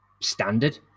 standard